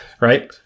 right